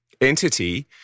entity